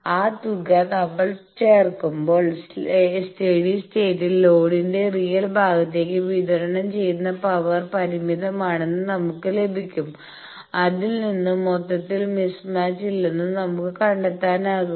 ആ തുക നമ്മൾ ചേർക്കുമ്പോൾ സ്റ്റെഡി സ്റ്റേറ്റിൽ ലോഡിന്റെ റിയൽ ഭാഗത്തേക്ക് വിതരണം ചെയ്യുന്ന പവർ പരിമിതമാണെന്ന് നമുക്ക് ലഭിക്കും അതിൽ നിന്ന് മൊത്തത്തിൽ മിസ്മാച്ച് ഇല്ലെന്ന് നമുക്ക് കണ്ടെത്താനാകും